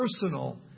personal